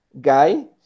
guy